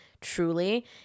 truly